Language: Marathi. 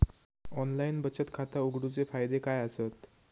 ऑनलाइन बचत खाता उघडूचे फायदे काय आसत?